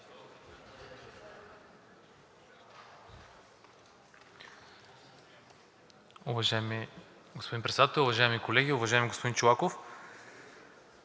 Уважаеми господин Председател, уважаеми колеги! Уважаеми господин Чолаков,